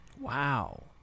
Wow